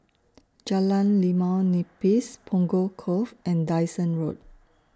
Jalan Limau Nipis Punggol Cove and Dyson Road